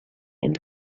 and